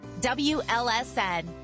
WLSN